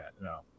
No